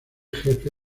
jefe